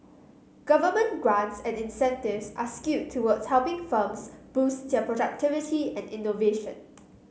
government grants and incentives are skewed towards helping firms boost their productivity and innovation